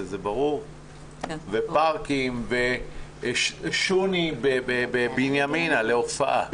פארקים ושוני בבנימינה להופעה.